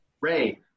Ray